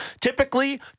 Typically